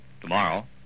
tomorrow